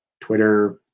Twitter